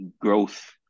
growth